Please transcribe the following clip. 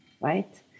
right